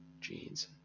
jeans